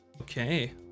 okay